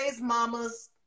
mama's